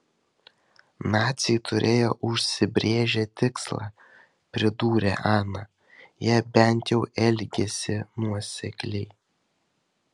naciai turėjo užsibrėžę tikslą pridūrė ana jie bent jau elgėsi nuosekliai